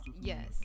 yes